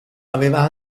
aveva